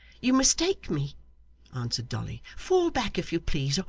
you mistake me answered dolly. fall back, if you please,